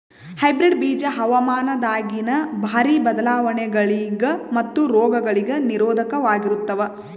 hybrid ಬೀಜ ಹವಾಮಾನದಾಗಿನ ಭಾರಿ ಬದಲಾವಣೆಗಳಿಗ ಮತ್ತು ರೋಗಗಳಿಗ ನಿರೋಧಕವಾಗಿರುತ್ತವ